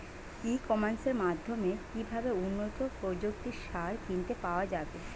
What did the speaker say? ই কমার্সের মাধ্যমে কিভাবে উন্নত প্রযুক্তির সার কিনতে পাওয়া যাবে?